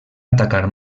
atacar